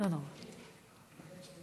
הכנסת